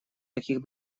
таких